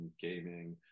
gaming